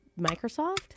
Microsoft